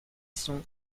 sont